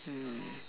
mm